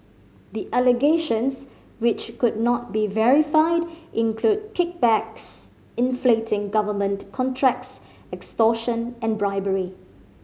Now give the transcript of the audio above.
the allegations which could not be verified include kickbacks inflating government contracts extortion and bribery